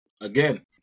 again